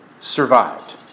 survived